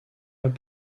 pas